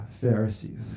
Pharisees